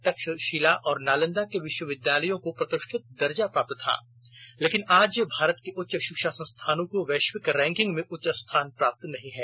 तक्षशिला और नालंदा के विश्वविद्यालयों को प्रतिष्ठित दर्जा प्राप्त था लेकिन आज भारत के उच्च शिक्षा संस्थानों को वैश्विक रैंकिंग में उच्च स्थान प्राप्त नहीं है